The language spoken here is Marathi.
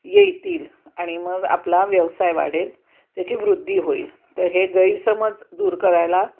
येतील आणि मग आपला व्यवसाय वाढेल त्याची वृद्धी होईल तर हे गैरसमज दूर करायला